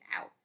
out